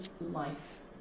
life